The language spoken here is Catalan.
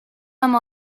amb